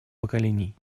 поколений